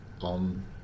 on